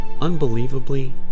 unbelievably